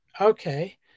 Okay